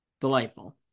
delightful